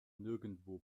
nirgendwo